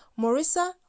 Marissa